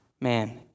man